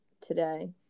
today